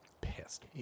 pissed